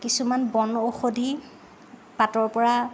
কিছুমান বনঔষধি পাতৰ পৰা